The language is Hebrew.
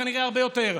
כנראה הרבה יותר,